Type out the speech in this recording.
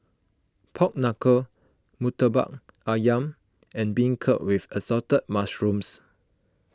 Pork Knuckle Murtabak Ayam and Beancurd with Assorted Mushrooms